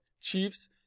chiefs